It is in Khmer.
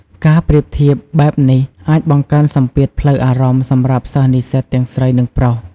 ការប្រៀបធៀបបែបនេះអាចបង្កើនសម្ពាធផ្លូវអារម្មណ៍សម្រាប់សិស្សនិស្សិតទាំងស្រី និងប្រុស។